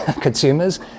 consumers –